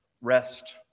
rest